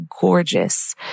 gorgeous